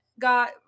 got